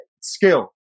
skill